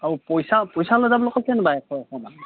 আৰু পইছা পইছাও লৈ যাব কৈছিলে নেকি বাৰু এশ এশমান